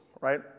right